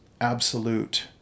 absolute